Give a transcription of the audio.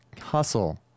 Hustle